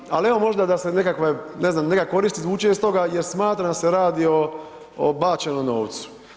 Tako da, ali evo možda da se nekakva, ne znam, neka korist izvuče iz toga jer smatram da se radi o bačenom novcu.